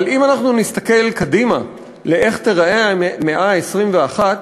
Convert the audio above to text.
אבל אם אנחנו נסתכל קדימה איך תיראה המאה ה-21,